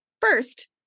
First